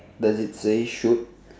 does it say shoot